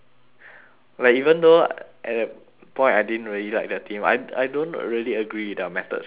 like even though at that point I didn't really like their team I I don't really agree with their methods and stuff like